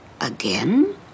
Again